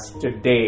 today